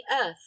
earth